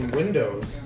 windows